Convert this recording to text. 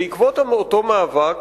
בעקבות אותו מאבק,